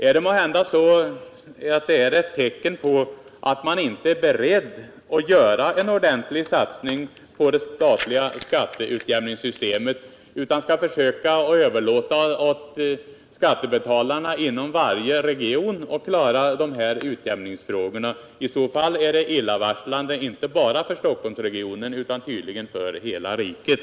Är detta ett tecken på att man inte är beredd att göra en ordentlig satsning på det statliga skatteutjämningssystemet utan försöker överlämna åt skattebetalarna i varje region att klara utjämningsfrågorna? I så fall är det illavarslande inte bara för Stockholmsregionen utan för hela riket.